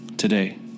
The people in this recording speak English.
Today